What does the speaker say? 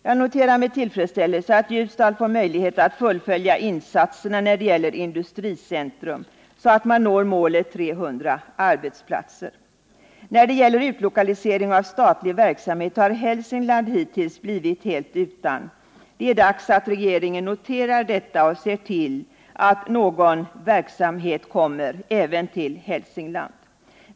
Jag noterar med tillfredsställelse att Ljusdal får möjlighet att fullfölja insatserna för ett industricentrum, så att man når målet 300 arbetsplatser. När det gäller utlokalisering av statlig verksamhet har Hälsingland hittills blivit helt utan. Det är dags att regeringen noterar detta och ser till att någon verksamhet kommer även till Hälsingland.